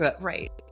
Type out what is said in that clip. right